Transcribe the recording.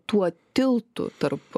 tuo tiltu tarp